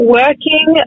working